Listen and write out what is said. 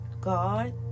God